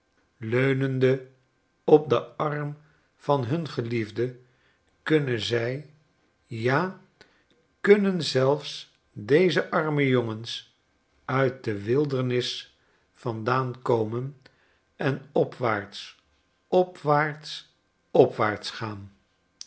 leunende op den arm van hun g eliefde kunnen zijja kunnen zelfs deze armenjongens uit dewildernis vandaan komen en opwaarts opwaarts opwaarts gaan